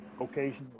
occasionally